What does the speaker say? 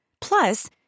Plus